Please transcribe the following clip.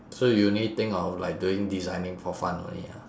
so you only think of like doing designing for fun only ah